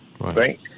right